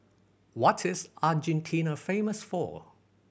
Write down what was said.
what is Argentina famous for